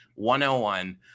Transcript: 101